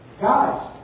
guys